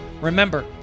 Remember